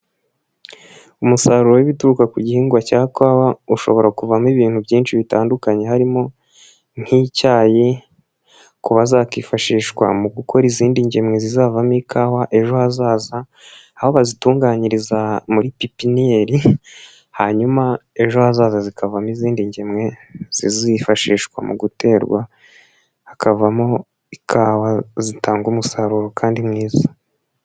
Umusaruro w'ibituruka ku gihingwa cya Kawa ushobora kuvamo ibintu byinshi bitandukanye, harimo nk'icyayi kuba zakifashishwa mu gukora izindi ngemwe zizavamo ikawa ejo hazaza, aho bazitunganyiriza muri pepenyeri hanyuma ejo hazaza zikavamo izindi ngemwe zizifashishwa mu guterwa hakavamo Ikawa zitanga umusaruro kandi mwiza.